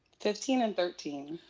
fifteen and thirteen.